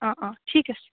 অঁ অঁ ঠিক আছে